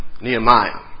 Nehemiah